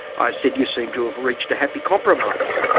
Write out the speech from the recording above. i said you seem to have reached a happy compromise.